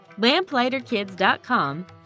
lamplighterkids.com